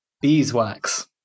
beeswax